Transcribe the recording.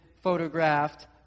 photographed